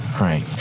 right